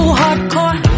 hardcore